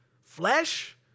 flesh